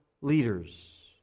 leaders